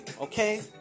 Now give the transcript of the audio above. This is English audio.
Okay